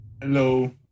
Hello